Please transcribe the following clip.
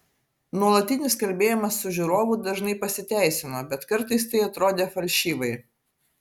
nuolatinis kalbėjimas su žiūrovu dažnai pasiteisino bet kartais tai atrodė falšyvai